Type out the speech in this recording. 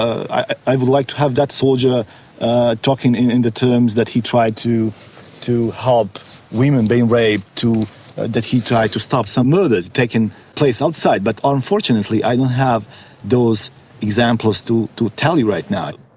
i i would like to have that soldier talking in the terms that he tried to to help women being raped, that he tried to stop some murders taking place outside. but unfortunately i don't have those examples to to tell you right now.